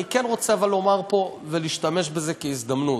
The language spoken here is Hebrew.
אני כן רוצה, אבל, לומר פה ולהשתמש בזה כהזדמנות: